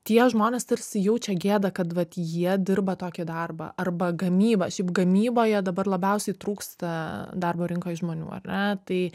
tie žmonės tarsi jaučia gėdą kad vat jie dirba tokį darbą arba gamyba šiaip gamyboje dabar labiausiai trūksta darbo rinkoj žmonių ar ne tai